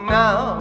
now